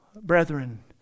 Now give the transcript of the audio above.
brethren